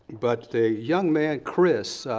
but the young man chris.